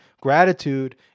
gratitude